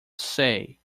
say